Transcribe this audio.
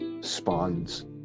spawns